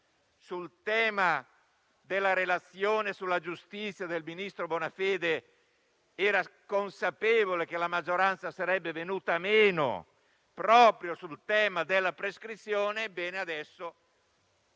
occasione della relazione sulla giustizia del ministro Bonafede, era consapevole che la maggioranza sarebbe venuta meno proprio sul tema della prescrizione - avviene